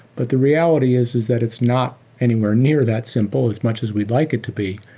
but the reality is, is that it's not anywhere near that simple as much as we'd like it to be.